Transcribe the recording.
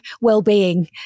well-being